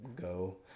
go